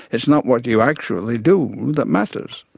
it's not what you actually do that matters.